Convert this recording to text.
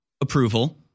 approval